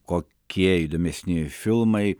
kokie įdomesni filmai